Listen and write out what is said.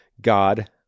God